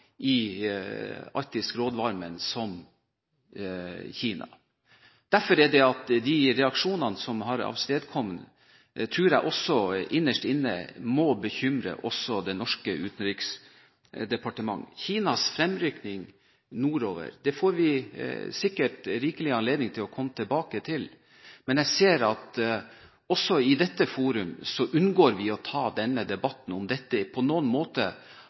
tror jeg reaksjonene som dette har avstedkommet innerst inne også må bekymre det norske Utenriksdepartement. Kinas fremrykning nordover får vi sikkert rikelig anledning til å komme tilbake til, men jeg ser at vi også i dette forum unngår å ta denne debatten, om dette på noen måte